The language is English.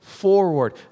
forward